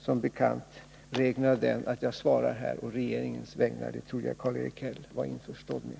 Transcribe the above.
Som bekant är regeln sådan att jag här svarar å regeringens vägnar. Det trodde jag Karl-Erik Häll var införstådd med.